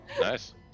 Nice